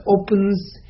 opens